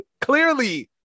Clearly